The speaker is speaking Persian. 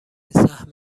سهم